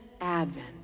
Advent